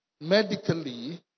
Medically